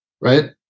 right